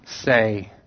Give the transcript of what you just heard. say